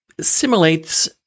simulates